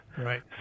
Right